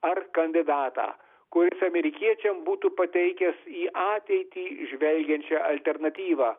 ar kandidatą kuris amerikiečiam būtų pateikęs į ateitį žvelgiančią alternatyvą